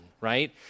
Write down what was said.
right